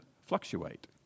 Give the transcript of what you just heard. fluctuate